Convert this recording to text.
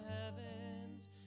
heavens